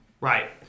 Right